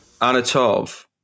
Anatov